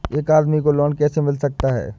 एक आदमी को लोन कैसे मिल सकता है?